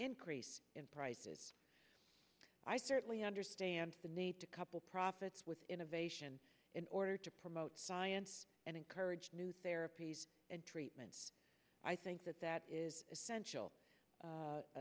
increase in prices i certainly understand the need to couple profits with innovation in order to promote science and encourage new therapies and treatments i think that that is essential